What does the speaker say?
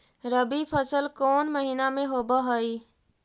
रबी फसल कोन महिना में होब हई?